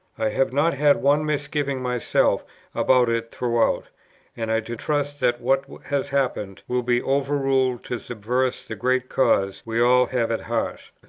i have not had one misgiving myself about it throughout and i do trust that what has happened will be overruled to subserve the great cause we all have at heart.